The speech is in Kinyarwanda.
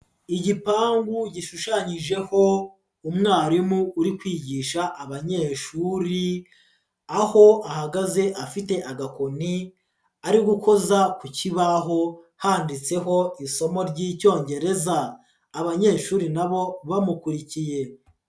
Igipangu gishushanyijeho umwarimu uri kwigisha abanyeshuri aho ahagaze afite agakoni ari gukoza ku kibaho handitseho isomo ry'Icyongereza, abanyeshuri na bo bamukurikiye.